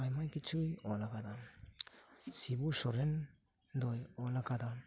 ᱟᱭᱢᱟ ᱠᱤᱪᱷᱩᱭ ᱚᱞ ᱟᱠᱟᱫᱟ ᱥᱤᱵᱩ ᱥᱚᱨᱮᱱ ᱫᱚᱭ ᱚᱞ ᱟᱠᱟᱫᱟ